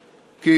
כי,